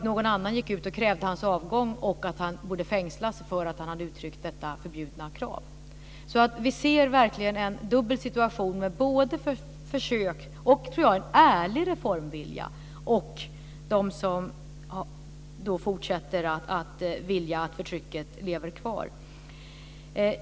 Någon annan gick då ut och krävde hans avgång och menade att han borde fängslas för att han hade uttryckt detta förbjudna krav. Vi ser verkligen en dubbel situation både med försök och, tror jag, en ärlig reformvilja och med människor som fortsätter att vilja att förtrycket lever kvar.